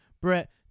brett